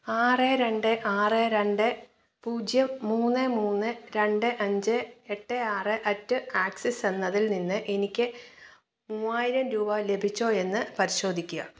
ആറ് രണ്ട് ആറ് രണ്ട് പൂജ്യം മൂന്ന് മൂന്ന് രണ്ട് അഞ്ച് എട്ട് ആറ് അറ്റ് ആക്സിസ് എന്നതിൽ നിന്ന് എനിക്ക് മൂവായിരം രൂപ ലഭിച്ചോ എന്ന് പരിശോധിക്കുക